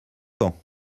ans